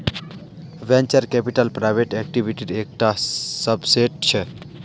venture capital private इक्विटीर एक टा सबसेट छे